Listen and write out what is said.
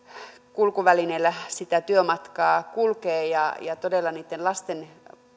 kulkuvälineillä sitä työmatkaa kulkee ja on todella niitten lasten